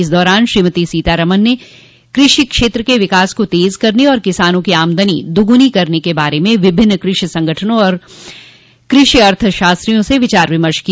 इस दौरान श्रीमती सीतारमन कृषि क्षेत्र के विकास को तेज करने और किसानों की आमदनी दोगुनी करने के बारे में विभिन्न कृषि संगठनों और कृषि अर्थशास्त्रियों स विचार विमर्श किया